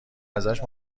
ازش